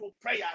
prayer